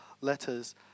letters